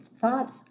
Thoughts